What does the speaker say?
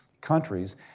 countries